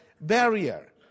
barrier